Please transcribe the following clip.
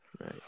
Right